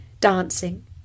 dancing